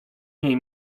niej